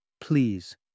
please